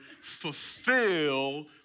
fulfill